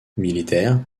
militaire